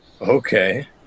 okay